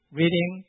reading